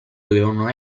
dovevano